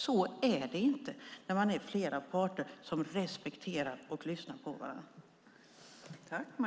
Så är det inte när man är flera parter som respekterar och lyssnar på varandra.